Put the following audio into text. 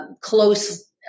close